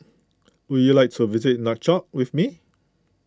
would you like to visit Nouakchott with me